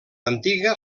antiga